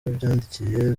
byandikwa